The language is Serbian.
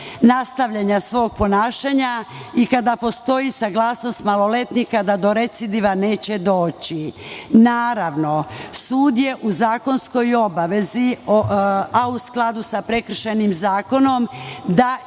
nastavljanja svog ponašanja i kada postoji saglasnost maloletnika da do recidiva neće doći. Naravno, sud je u zakonskoj obavezi, a u skladu sa prekršajnim zakonom, da i